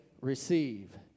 receive